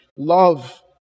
Love